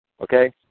Okay